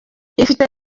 ifite